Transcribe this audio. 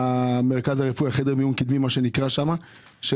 למרכז הרפואי, מה שנקרא שם חדר מיון קדמי.